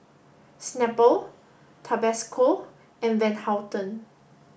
Snapple Tabasco and Van Houten